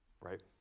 right